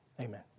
Amen